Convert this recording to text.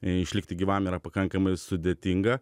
išlikti gyvam yra pakankamai sudėtinga